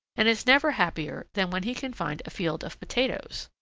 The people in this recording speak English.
and is never happier than when he can find a field of potatoes.